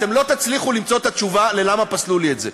אתם לא תצליחו למצוא את התשובה למה פסלו לי את זה.